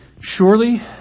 Surely